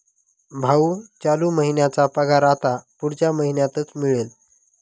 भाऊ, चालू महिन्याचा पगार आता पुढच्या महिन्यातच मिळेल